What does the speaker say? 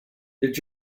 did